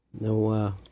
No